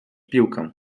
piłkę